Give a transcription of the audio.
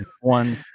one